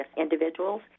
individuals